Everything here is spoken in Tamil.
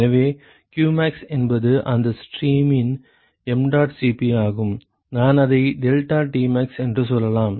எனவே qmax என்பது அந்த ஸ்ட்ரீமின் mdot Cp ஆகும் நான் அதை deltaTmax என்று சொல்லலாம்